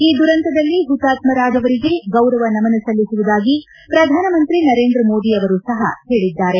ಈ ದುರಂತದಲ್ಲಿ ಹುತಾತ್ಜರಾದವರಿಗೆ ಗೌರವ ನಮನ ಸಲ್ಲಿಸುವುದಾಗಿ ಪ್ರಧಾನಮಂತ್ರಿ ನರೇಂದ್ರ ಮೋದಿ ಅವರೂ ಸಹ ಹೇಳಿದ್ದಾರೆ